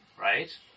Right